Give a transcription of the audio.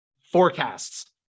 forecasts